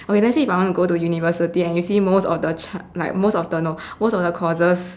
okay let's say if I want to go to university and you see most of the chance like most of the no most of the courses